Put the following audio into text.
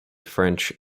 french